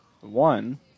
One